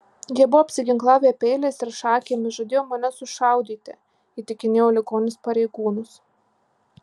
jie buvo apsiginklavę peiliais ir šakėmis žadėjo mane sušaudyti įtikinėjo ligonis pareigūnus